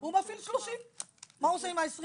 הוא מפעיל 30. מה הוא עושה עם ה-20?